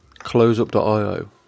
Closeup.io